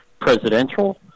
presidential